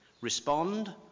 respond